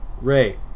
Ray